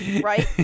right